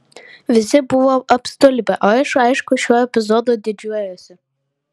visi buvo apstulbę o aš aišku šiuo epizodu didžiuojuosi